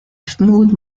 smooth